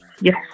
Yes